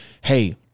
Hey